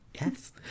Yes